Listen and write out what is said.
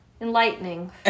enlightening